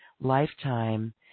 lifetime